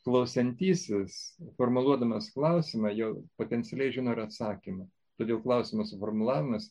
klausiantysis formuluodamas klausimą jau potencialiai žino ir atsakymą todėl klausimo suformulavimas